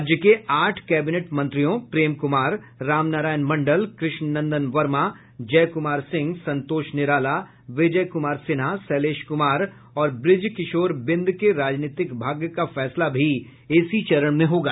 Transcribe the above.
राज्य के आठ कैबिनेट मंत्रियों प्रेम कुमार रामनारायण मंडल कृष्ण नंदन वर्मा जय कुमार सिंह संतोष निराला विजय कुमार सिन्हा शैलेश कुमार और ब्रज किशोर बिंद के राजनीतिक भाग्य का फैसला भी इसी चरण में होगा